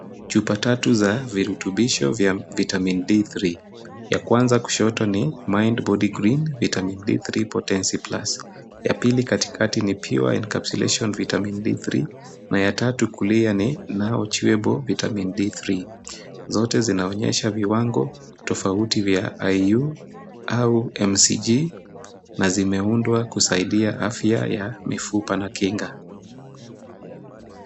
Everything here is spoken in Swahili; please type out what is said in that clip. Chupa tatu za virutubisho ya Vitamini D-3. Ya kwanza kushoto ni Vitamin D3 Potency , ya pili katikati ni Pure encapslation vitamin D3 na ya tatu kulia ni chewable vitamin D3. Zote zinaonyesha viwango tofauti vya IU au mcg na zimeundwa kusaidia afya ya mifupa na kinga.